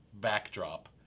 backdrop